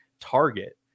target